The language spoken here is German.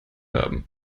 haben